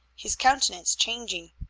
his countenance changing.